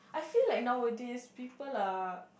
feel like not worth this people lah